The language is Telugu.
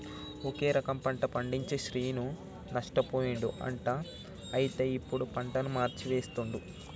ఒకే రకం పంట పండించి శ్రీను నష్టపోయిండు అంట అయితే ఇప్పుడు పంటను మార్చి వేస్తండు